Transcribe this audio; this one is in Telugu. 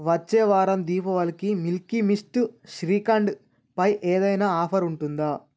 వచ్చే వారం దీపావళికి మిల్కీ మిస్ట్ శ్రీఖండ్ పై ఏదైనా ఆఫర్ ఉంటుందా